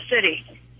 City